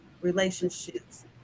relationships